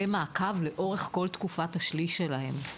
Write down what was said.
ומעקב לאורך כל תקופת השליש שלהם.